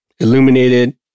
illuminated